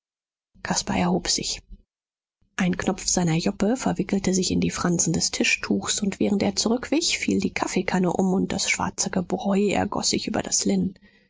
caspar erhob sich ein knopf seiner joppe verwickelte sich in die fransen des tischtuchs und während er zurückwich fiel die kaffeekanne um und das schwarze gebräu ergoß sich über das